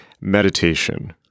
meditation